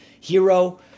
Hero